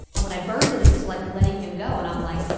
and when i burned it, it was like letting him go, and i'm like,